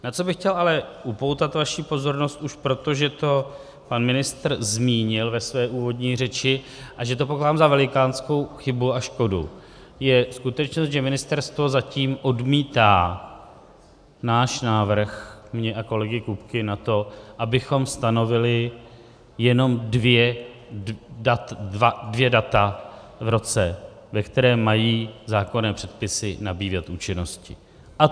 Na co bych chtěl ale upoutat vaší pozornost už proto, že to pan ministr zmínil ve své úvodní řeči a že to pokládám za velikánskou chybu a škodu, je skutečnost, že ministerstvo zatím odmítá náš návrh, můj a kolegy Kupky, na to, abychom stanovili jenom dvě data v roce, ve kterém mají zákonné předpisy nabývat účinnosti, a to 1. 7. a 1. 1.